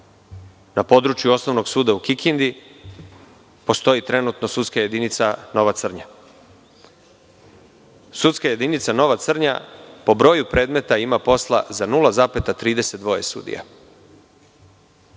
na području Osnovnog suda u Kikindi postoji trenutno sudska jedinica Nova Crnja. Sudska jedinica Nova Crnja po broju predmeta ima posla za 0,32 sudija.